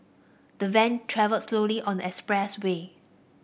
the van travelled slowly on the express way